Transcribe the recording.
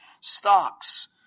stocks